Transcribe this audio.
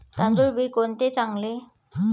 तांदूळ बी कोणते चांगले?